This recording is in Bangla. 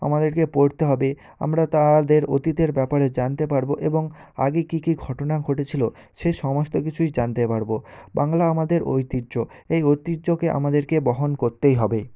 আমাদেরকে পড়তে হবে আমরা তাদের অতীতের ব্যাপারে জানতে পারব এবং আগে কী কী ঘটনা ঘটেছিল সেই সমস্ত কিছুই জানতে পারব বাংলা আমাদের ঐতিহ্য এই ঐতিহ্যকে আমাদেরকে বহন করতেই হবে